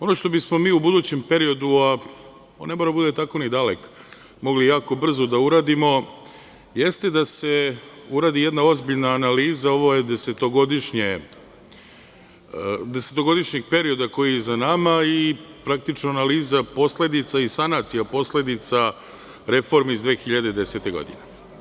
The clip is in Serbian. Ono što bismo mi u budućem periodu, a on ne mora da bude tako ni dalek, mogli jako brzo da uradimo jeste da se uradi jedna ozbiljna analiza desetogodišnjeg perioda koji je za nama i praktično analiza posledica i sanacija posledica reformi iz 2010. godine.